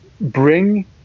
bring